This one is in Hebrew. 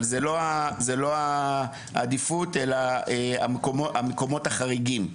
זאת לא העדיפות אלא המקומות החריגים.